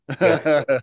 Yes